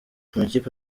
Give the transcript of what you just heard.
amakipe